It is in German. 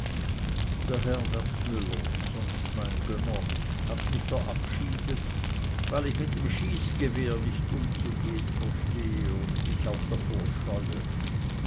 der herr wertmüller sonst mein gönner hat mich verabschiedet weil ich mit schießgewehr nicht umzugehen verstehe und mich auch davor scheue